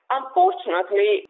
unfortunately